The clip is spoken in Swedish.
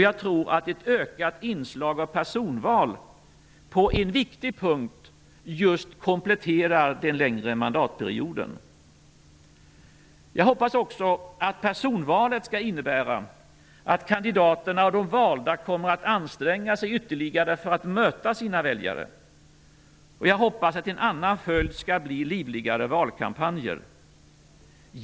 Jag tror att ett ökat inslag av personval på en viktig punkt kompletterar den längre mandatperioden. Jag hoppas också att personvalet skall innebära att kandidaterna och de valda kommer att anstränga sig ytterligare för att möta sina väljare. Och jag hoppas att en annan följd skall bli livligare valkampanjer.